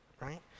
right